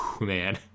man